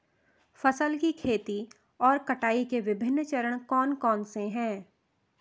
फसल की खेती और कटाई के विभिन्न चरण कौन कौनसे हैं?